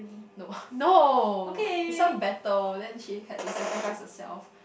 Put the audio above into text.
no no is some battle then she had to sacrifice herself